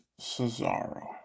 Cesaro